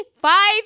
Five